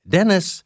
Dennis